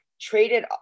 traded